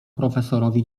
profesorowi